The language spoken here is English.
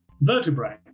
vertebrae